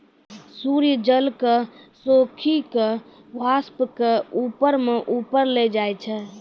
सूर्य जल क सोखी कॅ वाष्प के रूप म ऊपर ले जाय छै